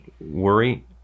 worry